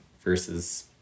versus